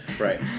Right